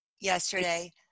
yesterday